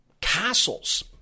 castles